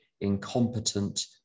incompetent